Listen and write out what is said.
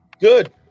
good